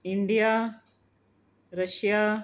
India Russia